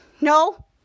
No